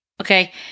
okay